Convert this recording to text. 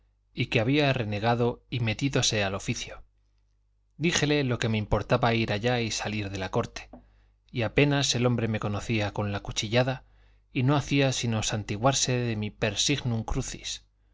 y había renegado y metídose al oficio díjele lo que me importaba ir allá y salir de la corte y apenas el hombre me conocía con la cuchillada y no hacía sino santiguarse de mi per signum crucis